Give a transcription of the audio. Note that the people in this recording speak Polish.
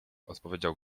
odpowiedział